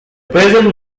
present